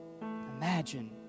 Imagine